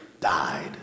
died